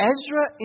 Ezra